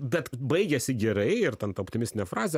bet baigėsi gerai ir ten ta optimistinė frazė